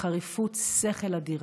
בחריפות שכל אדירה,